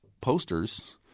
posters